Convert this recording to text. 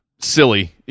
silly